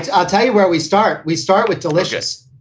and ah tell you where we start. we start with delicious.